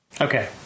Okay